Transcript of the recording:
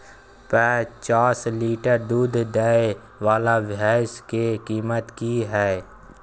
प जॉंच लीटर दूध दैय वाला भैंस के कीमत की हय?